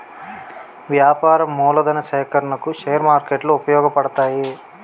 వ్యాపార మూలధన సేకరణకు షేర్ మార్కెట్లు ఉపయోగపడతాయి